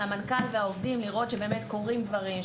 המנכ"ל והעובדים לראות שבאמת קורים דברים,